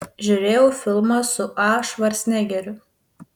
žiūrėjau filmą su a švarcnegeriu